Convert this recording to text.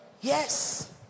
Yes